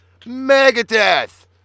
Megadeth